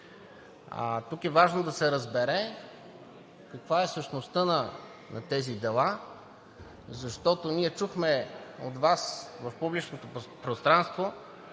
Тук е важно да се разбере каква е същността на тези дела, защото ние чухме от Вас в публичното пространство